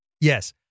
Yes